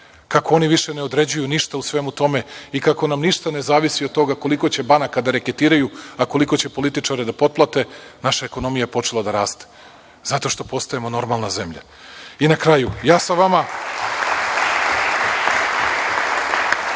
Kako oni više ne određuju ništa u svemu tome i kako nam ništa ne zavisi od toga koliko će banaka da reketiraju, a koliko će političara da potplate, naša ekonomija je počela da raste zato što postajemo normalna zemlja. Što se